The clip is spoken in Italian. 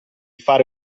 fare